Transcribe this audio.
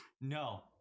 no